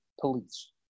police